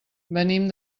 venim